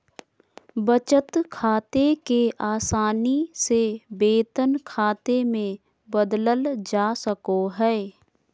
बचत खाते के आसानी से वेतन खाते मे बदलल जा सको हय